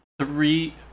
three